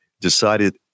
decided